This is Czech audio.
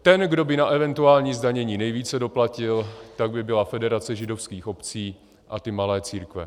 Ten, kdo by na eventuální zdanění nejvíce doplatil, by byla Federace židovských obcí a ty malé církve.